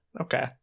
Okay